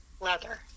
leather